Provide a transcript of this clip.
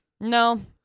No